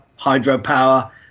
hydropower